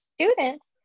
students